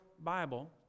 Bible